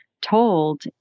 told